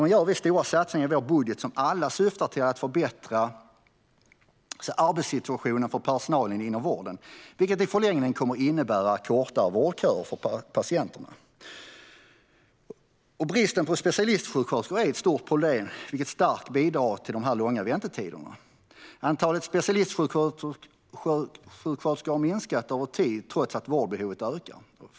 Därför gör vi stora satsningar i vår budget som alla syftar till att förbättra arbetssituationen för personal inom vården, vilket i förlängningen kommer att innebära kortare vårdköer för patienterna. Bristen på specialistsjuksköterskor är ett stort problem, vilket starkt bidrar till de långa väntetiderna. Antalet specialistsjuksköterskor har minskat över tid trots att vårdbehoven ökar.